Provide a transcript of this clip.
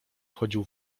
wchodził